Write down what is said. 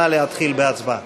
נא להתחיל בהצבעה.